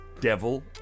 devil